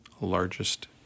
largest